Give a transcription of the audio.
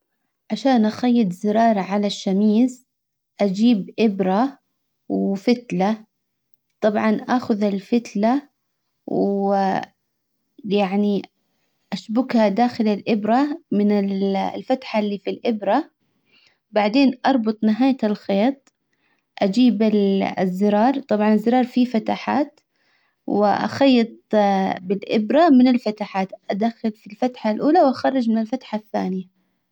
عشان اخيط زرار على الشميز اجيب ابرة وفتلة طبعا اخذ الفتلة ويعني اشبكها داخل الابرة من الفتحة اللي في الابرة بعدين اربط نهاية الخيط اجيب الزرار. طبعا الزرار فيه فتحات. واخيط بالابرة من الفتحات. ادخل في الفتحة الاولى واخرج من الفتحة الثانية.